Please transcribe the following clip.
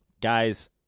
guys